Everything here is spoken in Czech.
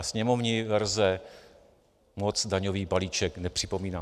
Sněmovní verze moc daňový balíček nepřipomíná.